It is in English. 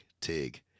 Tig